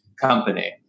company